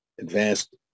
advanced